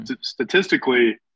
statistically